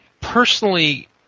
personally